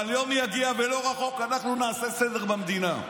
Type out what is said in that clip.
אבל יום יגיע, ולא רחוק, אנחנו נעשה סדר במדינה,